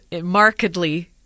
markedly